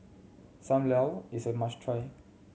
Sam Lau is a must try